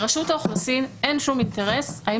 לרשות האוכלוסין אין שום אינטרס האם